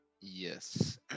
Yes